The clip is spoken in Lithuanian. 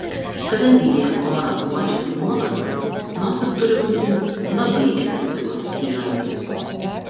kadangi jie orą uodžia nuolat nosis turi būti labai efektyvus įrankis